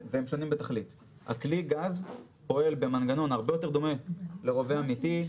כלי הגז פועל במנגנון הרבה יותר דומה לרובה אמיתי,